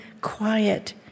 quiet